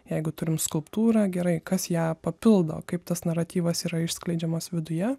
jeigu turim skulptūrą gerai kas ją papildo kaip tas naratyvas yra išskleidžiamas viduje